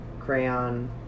crayon